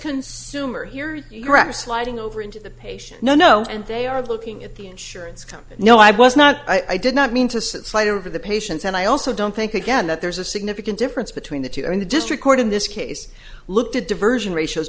consumer here rather sliding over into the patient no no and they are looking at the insurance company no i was not i did not mean to say that fight over the patients and i also don't think again that there's a significant difference between the two i mean the district court in this case looked at diversion ratios